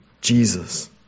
Jesus